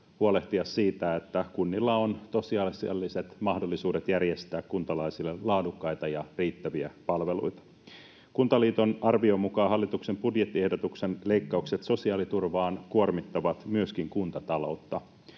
huolehtia siitä, että kunnilla on tosiasialliset mahdollisuudet järjestää kuntalaisille laadukkaita ja riittäviä palveluita. Kuntaliiton arvion mukaan hallituksen budjettiehdotuksen leikkaukset sosiaaliturvaan kuormittavat myöskin kuntataloutta.